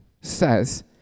says